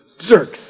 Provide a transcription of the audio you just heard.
jerks